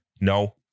No